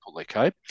Okay